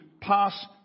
pass